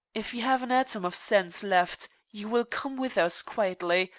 if you have an atom of sense left you will come with us quietly,